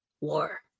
war